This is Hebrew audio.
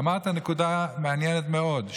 אבל אמרת נקודה מעניינת מאוד,